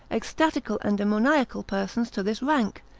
ecstatical and demoniacal persons to this rank,